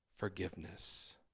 forgiveness